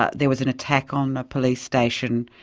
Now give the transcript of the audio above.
ah there was an attack on a police station.